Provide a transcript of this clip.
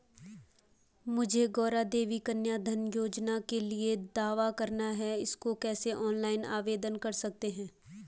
मुझे गौरा देवी कन्या धन योजना के लिए दावा करना है इसको कैसे ऑनलाइन आवेदन कर सकते हैं?